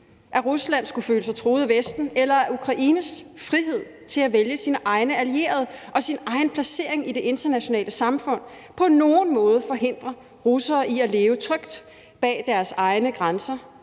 at Rusland skulle føle sig truet af Vesten, eller at Ukraines frihed til at vælge sine egne allierede og sin egen placering i det internationale samfund på nogen måde forhindrer russere i at leve trygt bag deres egne grænser